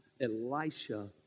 Elisha